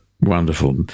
Wonderful